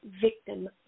victim